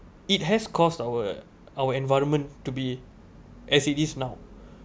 it has caused our our environment to be as it is now